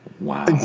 Wow